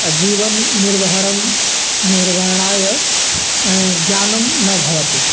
जीवननिर्वहणाय ज्ञानं न भवति